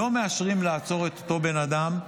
לא מאשרים לעצור את אותו בן אדם,